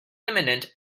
imminent